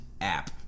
app